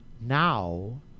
now